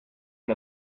and